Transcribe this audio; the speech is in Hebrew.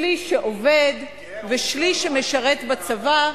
שליש שעובד ושליש שמשרת בצבא,